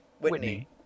Whitney